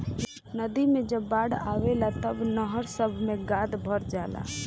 नदी मे जब बाढ़ आवेला तब नहर सभ मे गाद भर जाला